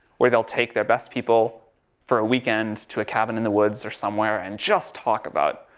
where they'll take their best people for a weekend to a cabin in the woods or somewhere and just talk about.